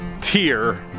tier